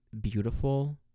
beautiful